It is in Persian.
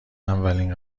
اولین